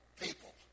people